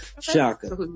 Shaka